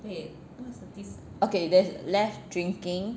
okay there's left drinking